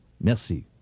Merci